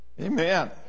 Amen